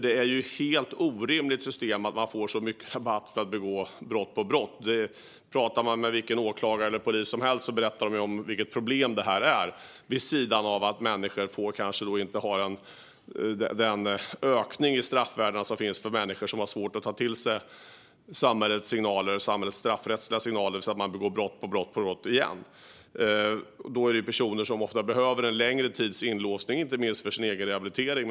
Det är ett helt orimligt system att man ska få så mycket rabatt för att begå brott på brott. Vilken åklagare eller polis som helst kan berätta vilket problem det är, vid sidan av att människor kanske inte får den ökning i straffvärde som finns. Det handlar om människor som har svårt att ta till sig samhällets straffrättsliga signaler och begår brott på brott, igen och igen. Det är ofta personer som behöver en längre tids inlåsning, inte minst för sin egen rehabilitering.